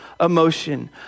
emotion